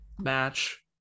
match